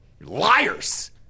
Liars